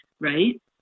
right